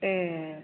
ए